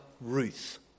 Ruth